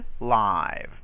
live